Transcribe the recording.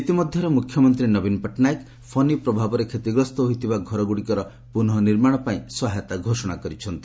ଇତି ମଧ୍ୟରେ ମୁଖ୍ୟମନ୍ତ୍ରୀ ନବୀନ ପଟ୍ଟନାୟକ ଫନି ପ୍ରଭାବରେ କ୍ଷତିଗ୍ରସ୍ତ ହୋଇଥିବା ଘରଗୁଡ଼ିକର ପୁନଃ ନିର୍ମାଣ ପାଇଁ ସହାୟତା ସଘୋଷଣା କରିଛନ୍ତି